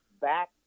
back